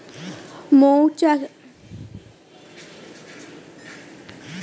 মৌমাছির চাক থেকে পাওয়া মোম খাওয়া যায় এবং প্রাচীন যুগে তা জলনিরোধক হিসেবে কাজ করত